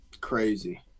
crazy